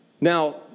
Now